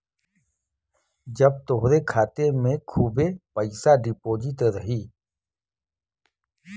जब तोहरे खाते मे खूबे पइसा डिपोज़िट रही